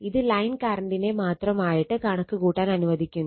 ഇത് ലൈൻ കറണ്ടിനെ മാത്രമായിട്ട് കണക്ക് കൂട്ടാൻ അനുവദിക്കുന്നു